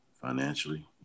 financially